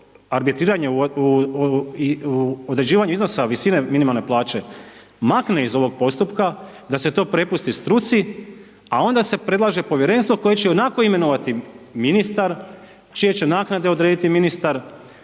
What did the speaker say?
arbitriranje i određivanje iznosa visine minimalne plaće makne iz ovog postupka, da se to prepusti struci, a onda se predlaže povjerenstvo koje će ionako imenovati ministar, čije će naknade odrediti ministar